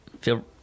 feel